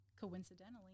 Coincidentally